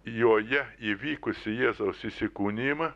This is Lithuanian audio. joje įvykusį jėzaus įsikūnijimą